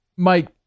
Mike